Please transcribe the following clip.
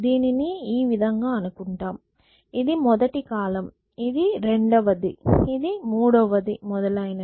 దీనిని ఈ విధంగా అనుకుంటాం ఇది మొదటి కాలమ్ ఇది రెండవది ఇది మూడవది మొదలైనవి